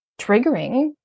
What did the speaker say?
triggering